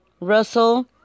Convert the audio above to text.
Russell